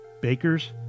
bakers